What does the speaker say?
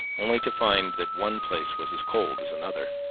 only to find that one place was as cold as another.